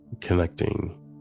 connecting